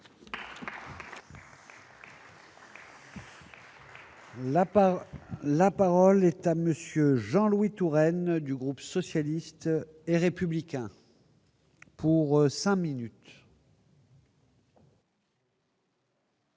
la parole est à monsieur Jean-Louis Touraine du groupe socialiste et républicain pour 5 minutes.